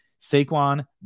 Saquon